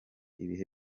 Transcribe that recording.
ibihe